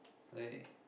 I